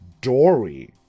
Dory